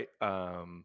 right